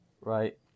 right